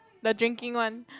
the drinking one